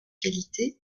qualité